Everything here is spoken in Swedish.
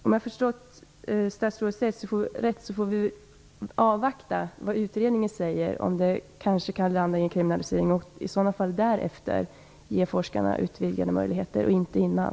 Om jag förstått statsrådet rätt får vi avvakta vad utredningen säger i frågan om det kan bli en kriminalisering på detta område. Först därefter kan man ge forskarna utvidgade möjligheter, inte dessförinnan.